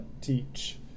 teach